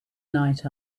night